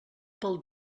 pel